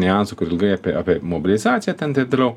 niuansų kur ilgai apie apie mobilizaciją ten taip toliau